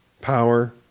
power